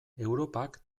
europak